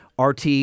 RT